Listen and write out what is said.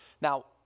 Now